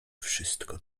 wszystko